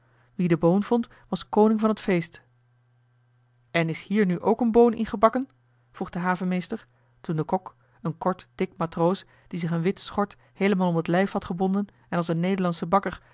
wie de boon vond was koning van het feest en is hier nu ook een boon in gebakken vroeg de havenmeester toen de kok een kort dik matroos die zich een wit schort heelemaal om het lijf had gebonden en als een nederlandsche bakker